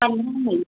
पंदरहीं मई हा